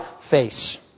face